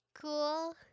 cool